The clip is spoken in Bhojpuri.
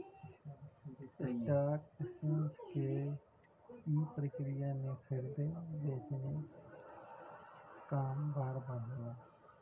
स्टॉक एकेसचेंज के ई प्रक्रिया में खरीदे बेचे क काम बार बार होला